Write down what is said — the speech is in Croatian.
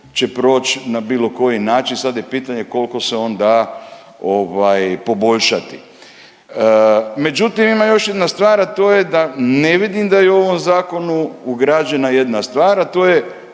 će proći na bilo koji način, sad je pitanje koliko se on da ovaj, poboljšati. Međutim, ima još jedna stvar, a to je da ne vidim da je u ovom zakonu ugrađena jedna stvar, a to je